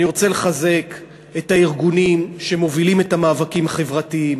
אני רוצה לחזק את הארגונים שמובילים את המאבקים החברתיים,